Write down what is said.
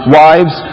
wives